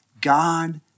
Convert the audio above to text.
God